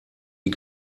die